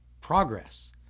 progress